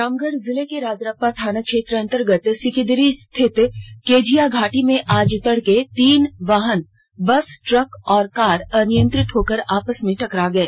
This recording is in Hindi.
रामगढ़ जिले के रजरप्पा थाना क्षेत्र अंतर्गत सिकिदरी स्थित केझिया घाटी में आज तड़के तीन वाहन बस ट्रक और कार अनियंत्रित होकर आपस में टकरा गए